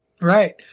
Right